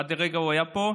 עד לפני רגע הוא היה פה,